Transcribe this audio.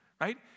right